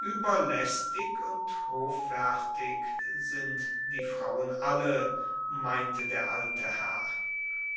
ueberlaestig und hoffaertig sind die frauen alle meinte der alte herr